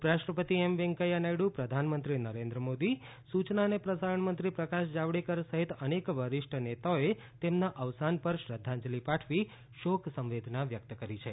ઉપરાષ્ટ્રપતિ એમ વેંકૈયા નાયડુ પ્રધાનમંત્રી નરેન્દ્ર મોદી સુચના અને પ્રસારણ મંત્રી પ્રકાશ જાવડેકર સહિત અનેક વરિષ્ઠ નેતાઓએ તેમના અવસાન પર શ્રદ્ધાંજલી પાઠવી શોક સંવેદના વ્યક્ત કરી છે